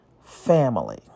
family